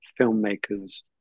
filmmakers